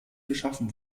geschaffen